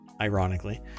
ironically